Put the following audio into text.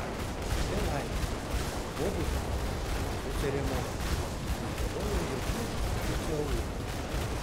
kokia laimė kad pobūvis buvo be ceremonijų negalioja jokie oficialumai